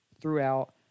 throughout